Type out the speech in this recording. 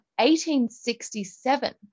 1867